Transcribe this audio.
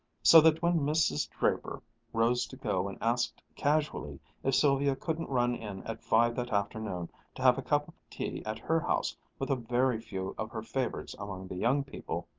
so that when mrs. draper rose to go and asked casually if sylvia couldn't run in at five that afternoon to have a cup of tea at her house with a very few of her favorites among the young people,